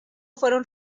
fueron